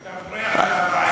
אתה בורח מהבעיה האמיתית.